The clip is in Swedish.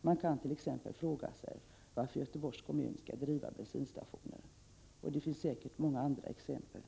Man kan t.ex. fråga sig varför Göteborgs kommun skall driva bensinstationer. Det finns säkert många andra exempel.